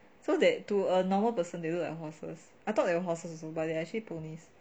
so that to a normal person they look like horses I thought the horses also but they actually ponies